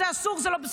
זה אסור, זה לא בסדר.